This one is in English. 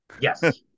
Yes